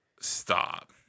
Stop